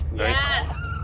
Yes